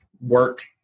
work